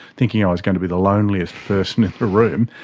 thinking i was going to be the loneliest person in the room,